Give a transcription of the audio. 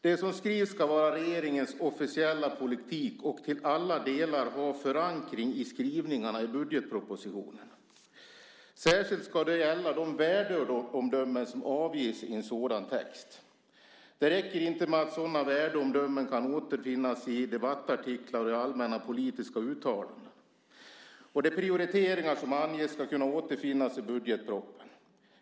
Det som skrivs ska vara regeringens officiella politik och till alla delar ha förankring i skrivningarna i budgetpropositionen. Särskilt ska det gälla de värdeomdömen som avges i en sådan text. Det räcker inte med att sådana värdeomdömen kan återfinnas i debattartiklar och i allmänna politiska uttalanden. De prioriteringar som anges ska kunna återfinnas i budgetproppen.